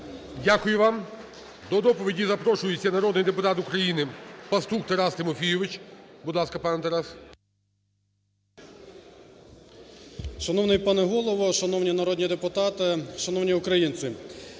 Дякую вам. До доповіді запрошується народний депутат України Пастух Тарас Тимофійович. Будь ласка, пане Тарас. 11:50:29 ПАСТУХ Т.Т. Шановний пане Голово, шановні народні депутати, шановні українці,